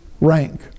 rank